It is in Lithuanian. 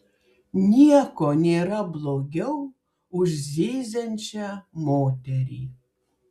nieko nėra blogiau už zyziančią moterį